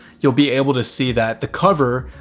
you'll be able to see that. the cover,